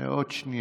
בבקשה.